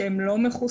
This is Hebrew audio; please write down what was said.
שהם לא מחוסנים,